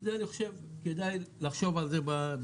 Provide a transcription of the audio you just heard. אני חושב שכדאי לחשוב על זה.